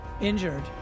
injured